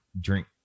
drink